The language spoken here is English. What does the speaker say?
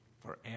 Forever